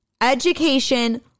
education